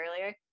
earlier